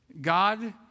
God